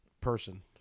person